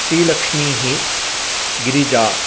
श्रीलक्ष्मीः Girija